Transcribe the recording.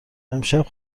امشب